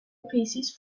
pieces